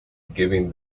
giving